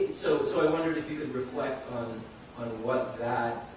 so so i wondered if you could reflect on and on what that